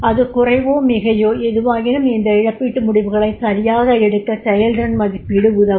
அது குறைவோ மிகையோ எதுவாகினும் இந்த இழப்பீட்டு முடிவுகளை சரியாக எடுக்க செயல்திறன் மதிப்பீடு உதவும்